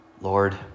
Lord